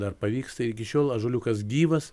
dar pavyksta iki šiol ąžuoliukas gyvas